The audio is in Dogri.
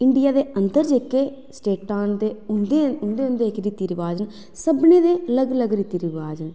इंडिया दे अंदर जेह्के स्टेटां न ते उंदे जेह्के रीति रवाज़ न सब अलग अलग रीति रवाज़ न